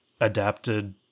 adapted